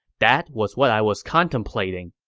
that was what i was contemplating.